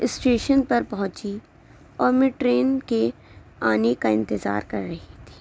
station پر پہنچی اور میں ٹرین کے آنے کا انتظار کر رہی تھی